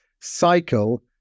cycle